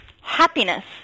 Happiness